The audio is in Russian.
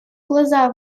глаза